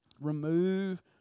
Remove